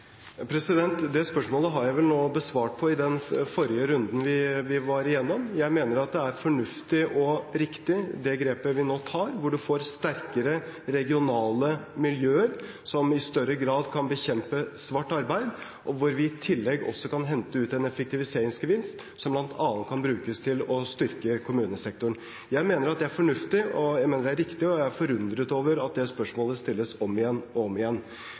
Det spørsmålet besvarte jeg vel i den forrige runden vi var igjennom. Jeg mener at det er fornuftig og riktig det grepet vi nå tar, hvor man får sterkere regionale miljøer som i større grad kan bekjempe svart arbeid, og hvor vi i tillegg kan hente ut en effektiviseringsgevinst som bl.a. kan brukes til å styrke kommunesektoren. Jeg mener at det er fornuftig, og jeg mener at det er riktig, og jeg er forundret over at det spørsmålet stilles om igjen og om igjen.